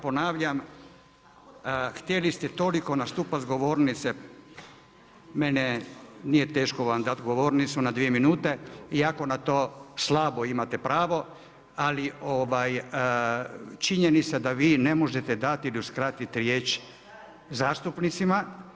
Ponavljam, htjeli ste toliko nastupati s govornice, meni nije teško vam dati govornicu na dvije minute iako na to slabo imate pravo ali činjenica da vi ne možete dati ili uskratiti riječ zastupnicima.